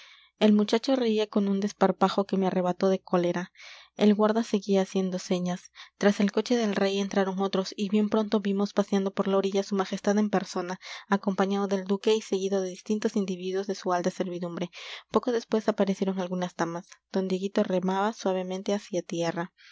el muchacho reía con un desparpajo que me arrebató de cólera el guarda seguía haciendo señas tras el coche del rey entraron otros y bien pronto vimos paseando por la orilla a su majestad en persona acompañado del duque y seguido de distintos individuos de su alta servidumbre poco después aparecieron algunas damas don dieguito remaba suavemente hacia tierra